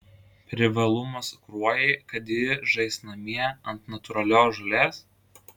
privalumas kruojai kad ji žais namie ant natūralios žolės